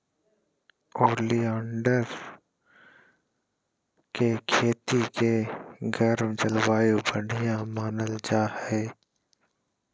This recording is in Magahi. ओलियंडर के खेती ले गर्म जलवायु बढ़िया मानल जा हय